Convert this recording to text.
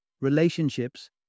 relationships